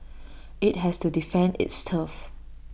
IT has to defend its turf